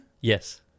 Yes